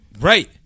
right